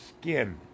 skin